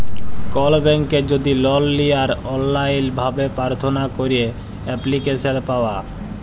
call ব্যাংকে যদি loan লিয়ার অললাইল ভাবে পার্থনা ক্যইরে এপ্লিক্যাসল পাউয়া